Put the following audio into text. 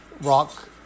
rock